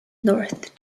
north